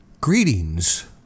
greetings